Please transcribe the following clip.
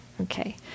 Okay